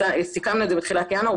סיכמנו את זה בתחילת ינואר,